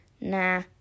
Nah